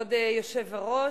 כבוד היושב-ראש,